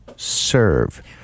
serve